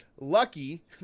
lucky